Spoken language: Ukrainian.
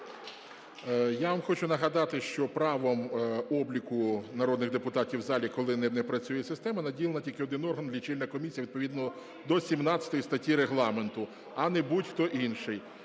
Я вам хочу нагадати, що правом обліку народних депутатів в залі, коли не працює система, наділений тільки один орган – Лічильна комісія відповідно до 17 статті Регламенту, а не будь-хто інший.